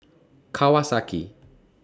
Kawasaki